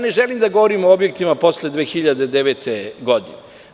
Ne želim govorim o objektima posle 2009. godine.